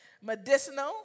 medicinal